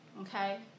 okay